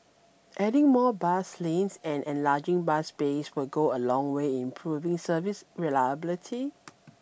adding more bus lanes and enlarging bus bays will go a long way in improving service reliability